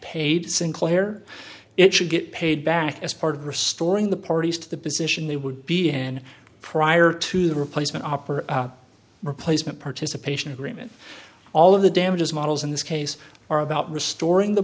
paid sinclair it should get paid back as part of restoring the parties to the position they would be in prior to the replacement op or replacement participation agreement all of the damages models in this case are about restoring the